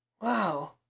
Wow